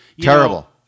Terrible